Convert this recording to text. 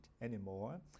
anymore